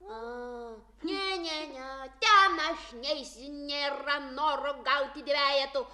o ne ne ne ten aš neisiu nėra noro gauti dvejetų